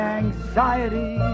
anxiety